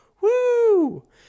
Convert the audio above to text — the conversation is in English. Woo